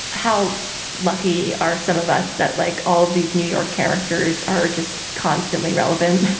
how lucky are some of us that, like all of these new york characters, are just constantly relevant?